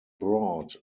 brought